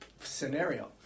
scenario